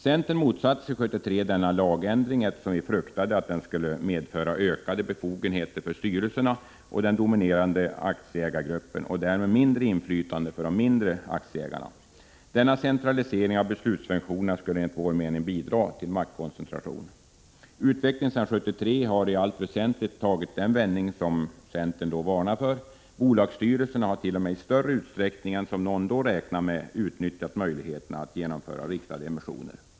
Centern motsatte sig denna lagändring 1973, eftersom vi fruktade att den skulle medföra ökade befogenheter för styrelserna och den dominerande aktieägargruppen och därmed minskat inflytande för de mindre aktieägarna. Denna centralisering av beslutsfunktionerna skulle enligt vår mening bidra till maktkoncentration. Utvecklingen sedan 1973 har i allt väsentligt tagit den vändning som centern då varnade för. Bolagsstyrelserna hart.o.m. i större utsträckning än någon då räknade med utnyttjat möjligheterna att genomföra riktade emissioner.